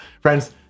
friends